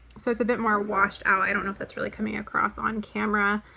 so it's a bit more washed out, i don't know if that's really coming across on camera,